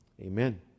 amen